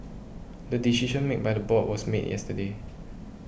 the decision made by the board was made yesterday